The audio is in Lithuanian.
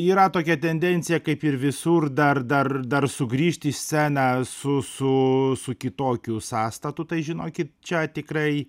yra tokia tendencija kaip ir visur dar dar dar sugrįžt į sceną su su su kitokiu sąstatu tai žinokit čia tikrai